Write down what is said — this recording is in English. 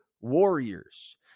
warriors